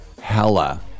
Hella